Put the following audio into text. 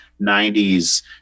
90s